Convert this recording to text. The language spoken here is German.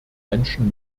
menschen